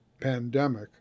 pandemic